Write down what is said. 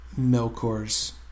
Melkor's